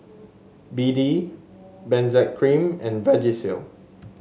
B D Benzac Cream and Vagisil